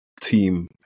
team